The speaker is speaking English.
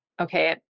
okay